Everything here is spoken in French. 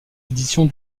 éditions